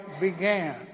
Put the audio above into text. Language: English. began